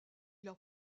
leur